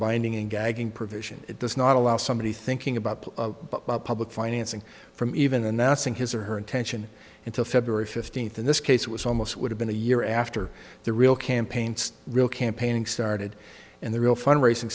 binding and gagging provision that does not allow somebody thinking about public financing from even announcing his or her intention until february fifteenth in this case it was almost it would have been a year after the real campaign real campaigning started and the real fundraising